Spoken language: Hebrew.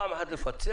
פעם אחת לפצח